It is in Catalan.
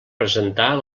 presentar